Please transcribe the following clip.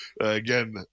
Again